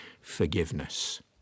forgiveness